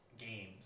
games